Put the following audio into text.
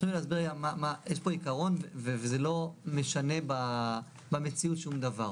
יש פה עיקרון וזה לא משנה במציאות שום דבר.